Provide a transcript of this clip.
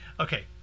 Okay